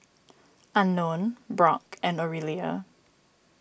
Unknown Brock and Orelia